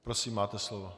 Prosím, máte slovo.